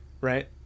Right